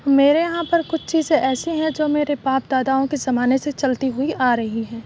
میرے یہاں پر کچھ چیزیں ایسی ہیں جو میرے باپ داداؤں کے زمانے سے چلتی ہوئی آ رہی ہیں